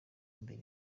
imbere